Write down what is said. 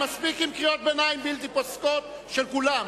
מספיק עם קריאות ביניים בלתי פוסקות של כולם.